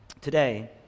Today